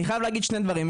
אני חייב להגיד שני דברים.